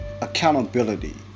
accountability